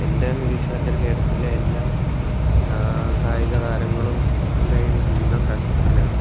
എൻ്റെ നിരീക്ഷണത്തിൽ കേരളത്തിലെ എല്ലാ കായികതാരങ്ങളും കളെയും ജീവിതം കഷ്ടത്തിലാണ്